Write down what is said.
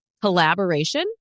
collaboration